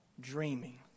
dreaming